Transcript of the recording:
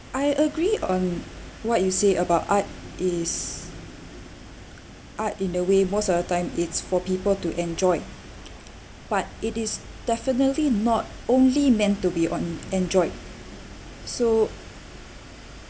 I agree on what you say about art is art in the way most of the time it's for people to enjoy but it is definitely not only meant to be on enjoyed so